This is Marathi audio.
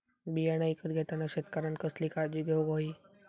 बियाणा ईकत घेताना शेतकऱ्यानं कसली काळजी घेऊक होई?